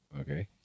Okay